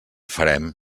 farem